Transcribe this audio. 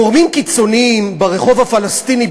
גורמים קיצוניים ברחוב הפלסטיני,